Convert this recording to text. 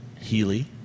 Healy